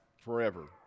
forever